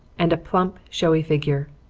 and a plump showy figure.